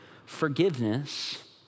Forgiveness